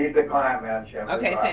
the client manager. okay,